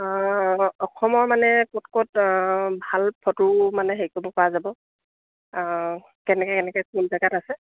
অসমৰ মানে ক'ত ক'ত ভাল ফটো মানে হেৰি কৰিব পৰা যাব কেনেকৈ কেনেকৈ কোন জোগাত আছে